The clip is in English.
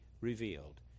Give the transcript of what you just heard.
revealed